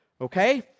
Okay